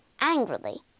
angrily